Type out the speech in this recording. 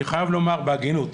אני חייב לומר בהגינות